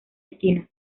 esquina